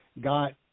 got